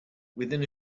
within